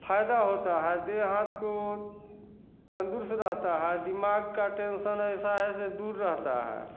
फ़ायदा होता है देह हाथ को तंदुरुस्त रहता है दिमाग का टेंशन ऐसा है ऐसे दूर रहता है